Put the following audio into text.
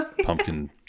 pumpkin